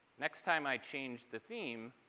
next time i change the theme,